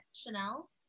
Chanel